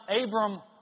Abram